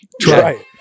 try